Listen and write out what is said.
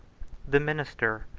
the minister,